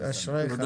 אשריך.